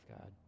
god